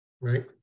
right